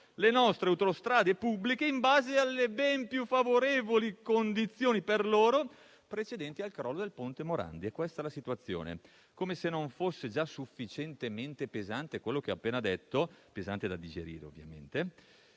le nostre autostrade pubbliche in base alle ben più favorevoli condizioni, per loro, precedenti al crollo del ponte Morandi. Questa è la situazione. Come se non fosse già sufficientemente pesante da digerire quello che ho appena detto, nel provvedimento